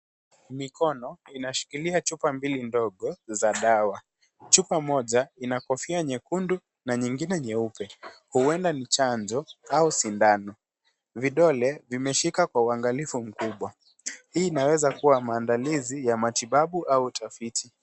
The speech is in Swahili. Mikono inashikilia chupa mbili ndogo za dawa. Chupa moja ina kofia nyekundu na nyingine nyeupe. Huenda ni chanjo au sindano. Vidole, vimeshika kwa uangalifu mkubwa. Hii inaweza kuwa maandalizi ya matibabu au utafiti.